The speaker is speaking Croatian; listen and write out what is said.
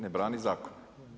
Ne brani zakon.